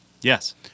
Yes